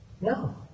No